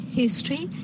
history